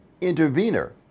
intervener